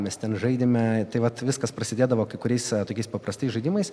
mes ten žaidėme tai vat viskas prasidėdavo kai kuriais tokiais paprastais žaidimais